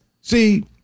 See